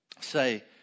Say